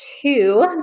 two